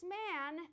man